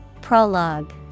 Prologue